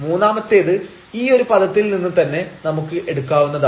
മൂന്നാമത്തേത് ഈ ഒരു പദത്തിൽ നിന്ന് തന്നെ നമുക്ക് എടുക്കാവുന്നതാണ്